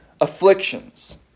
afflictions